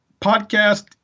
podcast